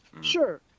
Sure